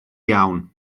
iawn